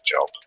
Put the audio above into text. job